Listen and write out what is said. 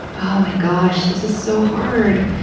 oh my gosh. this is so hard.